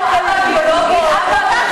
בבקשה?